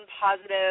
positive